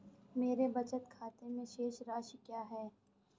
मेरे बचत खाते में शेष राशि क्या है?